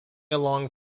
along